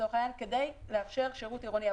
לצורך העניין, כדי לאפשר שירות עירוני.